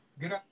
Good